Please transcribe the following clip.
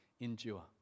endure